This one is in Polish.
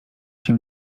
się